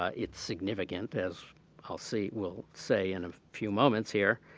ah it's significant as i'll say will say in a few moments here,